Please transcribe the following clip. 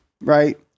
right